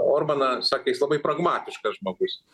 orbaną sakė jis labai pragmatiškas žmogus